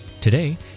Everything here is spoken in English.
Today